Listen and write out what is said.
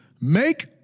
Make